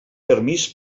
permís